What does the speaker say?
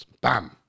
Bam